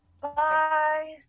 Bye